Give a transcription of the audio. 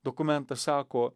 dokumentas sako